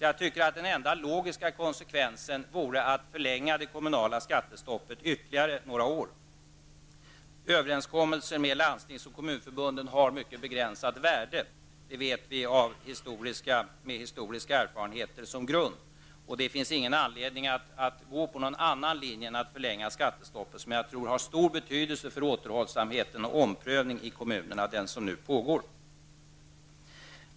Jag tycker att den enda logiska konsekvensen vore att förlänga det kommunala skattestoppet ytterligare några år. Överenskommelsen med landstings och kommunförbunden har ett mycket begränsat värde -- det vet vi med historiska erfarenheter som grund. Det finns därför ingen anledning att gå på någon annan linje än att förlänga skattestoppet, som jag tror har stor betydelse för återhållsamheten och för den omprövning i kommunerna som nu pågår.